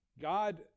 God